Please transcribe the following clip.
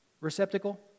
receptacle